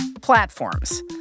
Platforms